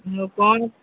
ମୁଁ କ'ଣ